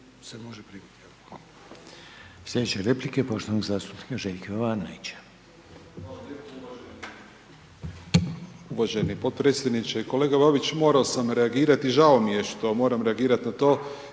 uvaženi podpredsjedniče, kolega Babić morao sam reagirati, žao mi je što moram reagirati na to